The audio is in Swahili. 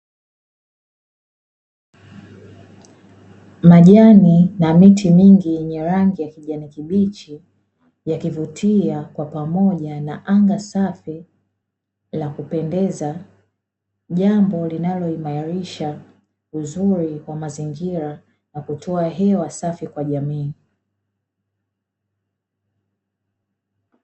Majani na miti mingi yenye rangi ya kijani kibichi yakivutia kwa pamoja na anga safi la kupendeza, jambo linaloimarisha uzuri wa mazingira na kutoa hewa safi kwa jamii.